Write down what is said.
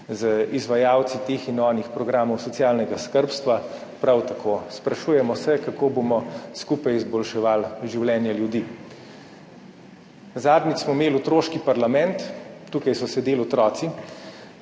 z izvajalci teh in onih programov socialnega skrbstva, prav tako, sprašujemo se, kako bomo skupaj izboljševali življenja ljudi. Zadnjič smo imeli otroški parlament, tukaj so sedeli otroci–